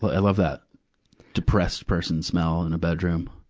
but i love that depressed person smell in a bedroom.